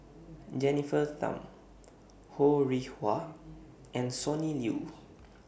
Jennifer Tham Ho Rih Hwa and Sonny Liew